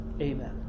Amen